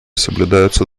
соблюдаются